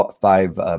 five